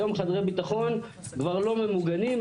והיום חדרי ביטחון כבר לא ממוגנים,